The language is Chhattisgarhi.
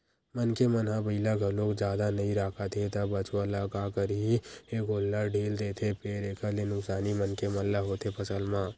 मनखे मन ह बइला घलोक जादा नइ राखत हे त बछवा ल का करही ए गोल्लर ढ़ील देथे फेर एखर ले नुकसानी मनखे मन ल होथे फसल म